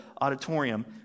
auditorium